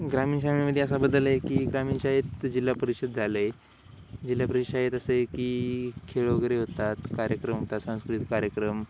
ग्रामीण शाळेमध्ये असा बदल आहे की ग्रामीण शाळेत जिल्हा परिषद झालं आहे जिल्हा परिशाळेत असं आहे की खेळ वगैरे होतात कार्यक्रम होतात सांस्कृतिक कार्यक्रम